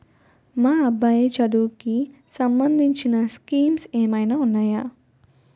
మా అబ్బాయి చదువుకి సంబందించిన స్కీమ్స్ ఏమైనా ఉన్నాయా?